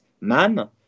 man